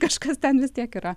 kažkas ten vis tiek yra